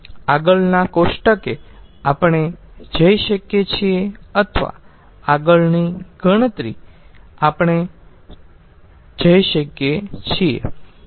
આગળના કોષ્ટકે આપણે જઈ શકીએ છીએ અથવા આગળની ગણતરીએ આપણે જઈ શકીએ છીએ